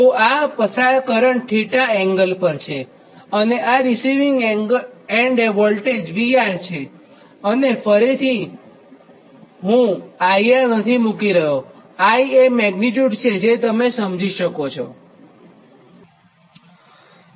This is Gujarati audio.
તો આ પસાર કરંટ 𝜃 એંગલ પર છે અને આ રીસીવિંગ એન્ડ વોલ્ટેજ VR છે અને ફરીથી અને ફરીથી હું IR મૂકી નથી રહ્યો છું કે I એ મેગ્નીટ્યુડ છે જે સમજી શકાય